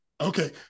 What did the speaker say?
Okay